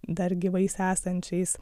dar gyvais esančiais